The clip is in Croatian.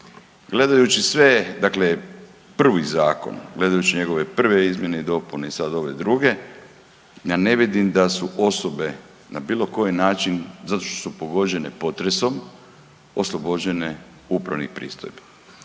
Gledajući sve dakle prvi zakon gledajući njegove prve izmjene i dopune i sad ove druge, ja ne vidim da su osobe na bilo koji način zato što su pogođene potresom oslobođene upravnih pristojbi.